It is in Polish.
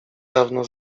dawno